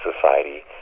society